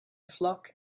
flock